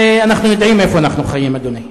הרי אנחנו יודעים איפה אנחנו חיים, אדוני.